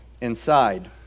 inside